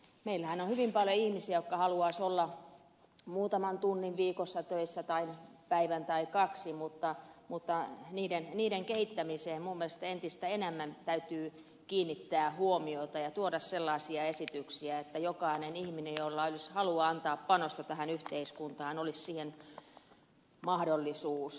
meillähän on hyvin paljon ihmisiä jotka haluaisivat olla muutaman tunnin viikossa töissä tai päivän tai kaksi mutta niiden asioiden kehittämiseen täytyy minun mielestäni entistä enemmän kiinnittää huomiota ja täytyy tuoda sellaisia esityksiä että jokaisella ihmisellä jolla olisi halua antaa panosta tähän yhteiskuntaan olisi siihen mahdollisuus